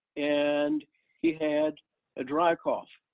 and he had a dry cough,